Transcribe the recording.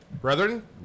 brethren